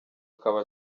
akaba